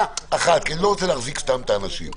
אני לא רוצה להחזיק סתם את האנשים.